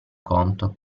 conto